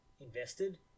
invested